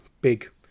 big